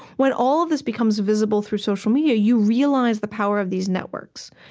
when all of this becomes visible through social media, you realize the power of these networks.